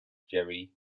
jerry